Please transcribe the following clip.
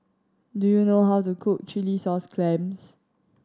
do you know how to cook chilli sauce clams